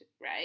right